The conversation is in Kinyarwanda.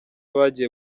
bagiye